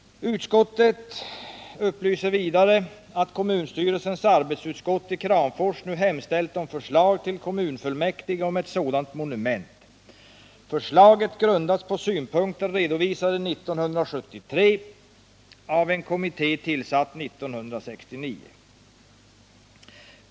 Utskottet upplyser vidare, att kommunstyrelsens arbetsutskott i Kramfors nu hemställt om förslag till kommunfullmäktige om ett sådant monument. Förslaget grundas på synpunkter redovisade 1973 av en kommitté tillsatt 1969.